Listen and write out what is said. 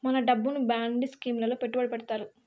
మన డబ్బును bond scheme లలో పెట్టుబడి పెడతారు